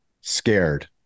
scared